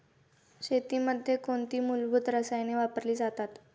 शेतीमध्ये कोणती मूलभूत रसायने वापरली जातात?